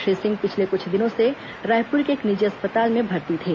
श्री सिंह पिछले क्छ दिनों से रायपुर के एक निजी अस्पताल में भर्ती थे